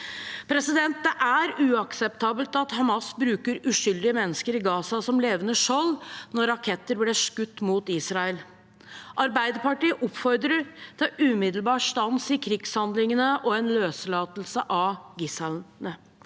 verre. Det er uakseptabelt at Hamas bruker uskyldige mennesker i Gaza som levende skjold når raketter blir skutt mot Israel. Arbeiderpartiet oppfordrer til umiddelbar stans i krigshandlingene og løslatelse av gislene.